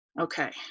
Okay